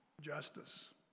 justice